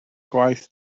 gwaith